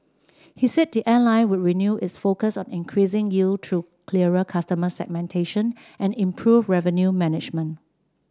he said the airline would renew its focus on increasing yield through clearer customer segmentation and improved revenue management